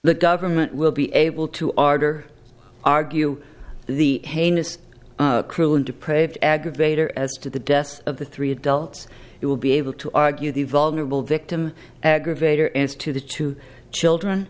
the government will be able to order argue the heinous cruel and deprived aggravator as to the deaths of the three adults it will be able to argue the vulnerable victim aggravator is to the two children